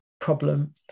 problem